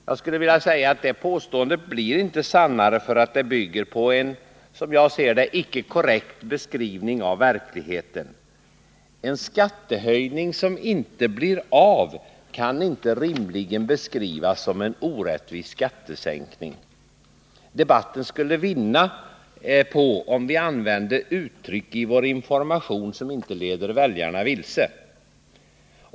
Jag skulle då vilja säga att det påståendet inte blir sannare, därför att det — som jag ser det — bygger på en icke korrekt beskrivning av verkligheten. En skattehöjning som inte blir av kan rimligen inte beskrivas som en orättvis skattesänkning. Det skulle vara en fördel för debatten om vi i vår information kunde använda sådana uttryck som inte leder väljarna vilse.